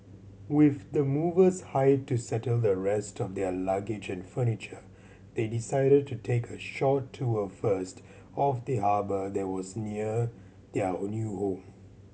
with the movers hired to settle the rest of their luggage and furniture they decided to take a short tour first of the harbour that was near their new home